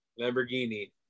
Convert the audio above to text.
Lamborghini